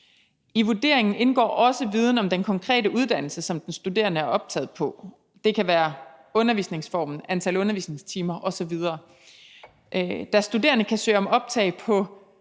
I vurderingen indgår også viden om den konkrete uddannelse, som den studerende er optaget på; det kan være undervisningsformen, antal undervisningstimer osv. Da studerende kan søge om optag på